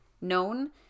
known